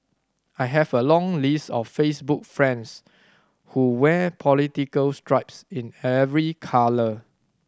I have a long list of Facebook friends who wear political stripes in every colour